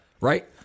right